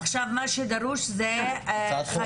עכשיו מה שדרוש זה חקיקה,